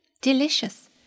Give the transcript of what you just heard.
Delicious